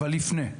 אבל עוד לפני: